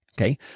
Okay